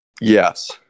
Yes